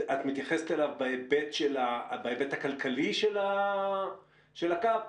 את מתייחסת בהיבט הכלכלי של הקו?